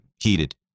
heated